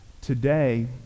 Today